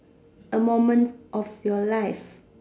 A moment of your life